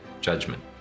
judgment